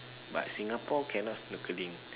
but Singapore cannot snorkelling